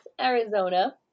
Arizona